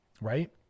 right